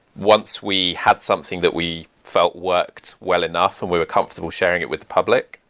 once we had something that we felt worked well enough and where we're comfortable sharing it with the public,